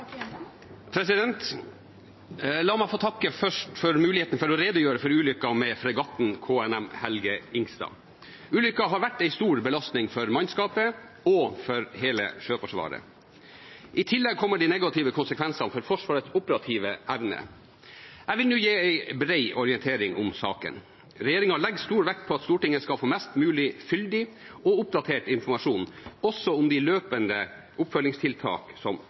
stor belastning for mannskapet og for hele Sjøforsvaret. I tillegg kommer de negative konsekvensene for Forsvarets operative evne. Jeg vil nå gi en bred orientering om saken. Regjeringen legger stor vekt på at Stortinget skal få mest mulig fyldig og oppdatert informasjon – også om de løpende oppfølgingstiltak som